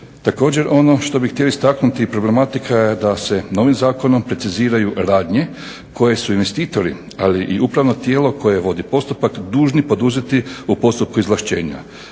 Također ono što bih htio istaknuti, problematika je da se novim zakonom preciziraju radnje koje su investitori, ali i upravno tijelo koje vodi postupak dužni poduzeti u postupku izvlaštenja.